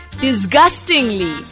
disgustingly